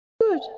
Good